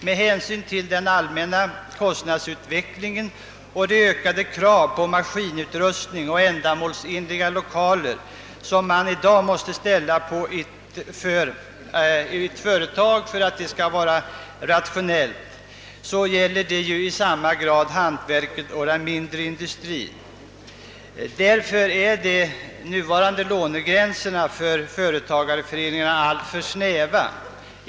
Med hänsyn till den allmänna kostnadsutvecklingen och de ökade krav på maskinutrustning och ändamålsenliga lokaler som man i dag måste ställa på ett företag för att det skall anses vara rationellt — detta gäller i lika hög grad för hantverket och den mindre industrin som för övriga företag — är de nuvarande lånegränserna för företagareföreningarna alltför snäva.